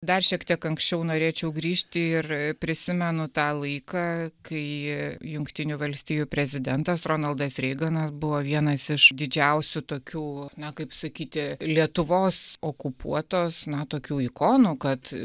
dar šiek tiek anksčiau norėčiau grįžti ir prisimenu tą laiką kai jungtinių valstijų prezidentas ronaldas reiganas buvo vienas iš didžiausių tokių na kaip sakyti lietuvos okupuotos na tokių ikonų kad